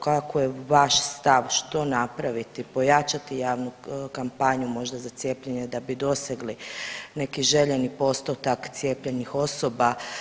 Kako je vaš stav što napraviti, pojačat javnu kampanju možda za cijepljenje da bi dosegli neki željeni postotak cijepljenih osoba?